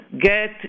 get